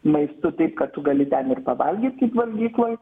maistu taip kad tu gali ten ir pavalgyt kaip valgykloj